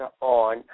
on